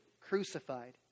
crucified